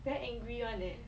very angry [one] eh